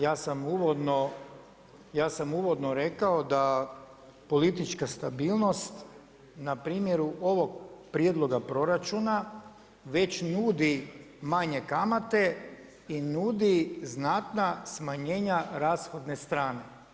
Ja sam uvodno rekao da politička stabilnost na primjeru ovog prijedloga proračuna već nudi manje kamate i nudi znatna smanjenja rashodne strane.